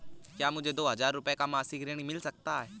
क्या मुझे दो हजार रूपए का मासिक ऋण मिल सकता है?